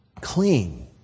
clean